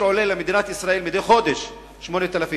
עולה למדינת ישראל מדי חודש 8,000 שקלים,